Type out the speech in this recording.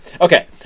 Okay